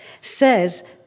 says